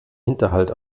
hinterhalt